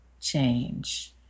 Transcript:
change